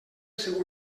seu